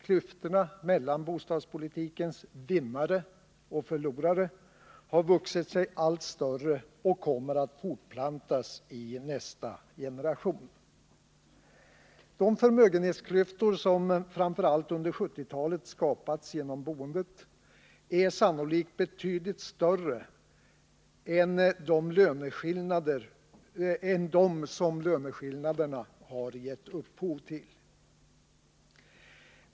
Klyftorna mellan bostadspolitikens vinnare och förlorare har vuxit sig allt större och kommer att ytterligare vidgas i nästa generation. De förmögenhetsklyftor som framför allt under 1970-talet har skapats genom boendet är sannolikt betydligt större än dem som löneskillnaderna har gett upphov till.